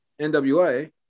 NWA